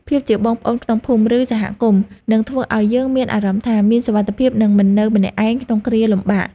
ភាពជាបងប្អូនក្នុងភូមិ ឬសហគមន៍នឹងធ្វើឱ្យយើងមានអារម្មណ៍ថា មានសុវត្ថិភាពនិងមិននៅម្នាក់ឯងក្នុងគ្រាលំបាក។